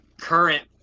current